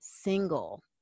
single